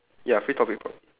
ya free topic prom~